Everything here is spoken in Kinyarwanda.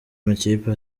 makipe